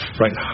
right